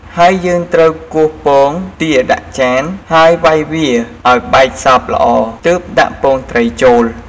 ហើយយើងត្រូវ គោះពងទាដាក់ចាន ហើយវ៉ៃវាឱ្យបែកសព្វល្អ ទើបដាក់ពងត្រីចូល។